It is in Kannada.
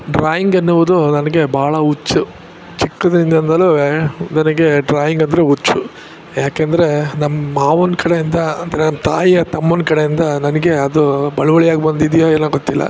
ಡ್ರಾಯಿಂಗ್ ಎನ್ನುವುದು ನನಗೆ ಬಹಳ ಹುಚ್ಚು ಚಿಕ್ಕಂದಿನಿಂದಲು ನನಗೆ ಡ್ರಾಯಿಂಗಂದ್ರೆ ಹುಚ್ಚು ಯಾಕೆಂದರೆ ನಮ್ಮ ಮಾವನ ಕಡೆಯಿಂದ ಅಂದರೆ ನನ್ನ ತಾಯಿಯ ತಮ್ಮನ ಕಡೆಯಿಂದ ನನಗೆ ಅದು ಬಳುವಳಿಯಾಗಿ ಬಂದಿದೆಯೋ ಏನೋ ಗೊತ್ತಿಲ್ಲ